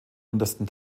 untersten